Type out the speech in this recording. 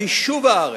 על יישוב הארץ,